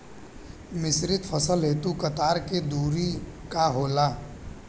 मिश्रित फसल हेतु कतार के दूरी का होला?